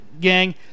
gang